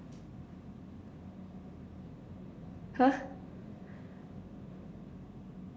!huh!